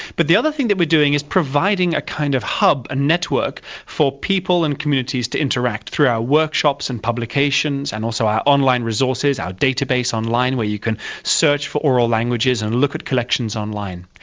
but the other thing we're doing is providing a kind of harbour, a network for people and communities to interact through our workshops and publications and also our online resources, our database online where you can search for oral languages and look at collections online.